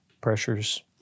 pressures